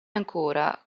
ancora